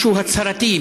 משהו הצהרתי,